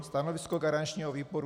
Stanovisko garančního výboru?